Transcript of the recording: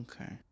Okay